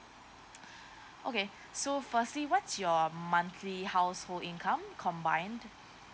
okay so firstly what's your monthly household income combine